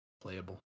playable